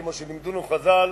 כמו שלימדונו חז"ל: